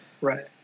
Right